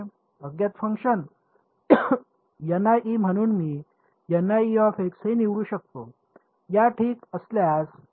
अज्ञात फंक्शन म्हणून मी हे निवडू शकतो या ठीक असल्यास काही वैचारिक समस्या आहे का